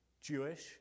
Jewish